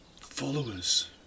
followers